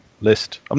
list